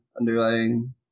underlying